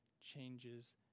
changes